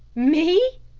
me?